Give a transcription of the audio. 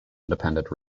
independent